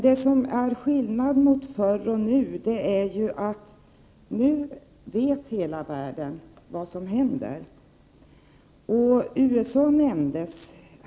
Det som är skillnaden mellan förr och nu är att hela världen nu vet vad som händer. USA nämndes.